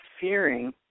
fearing